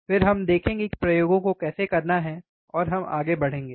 फिर हम देखेंगे कि प्रयोगों को कैसे करना है और हम आगे बढे़ंगे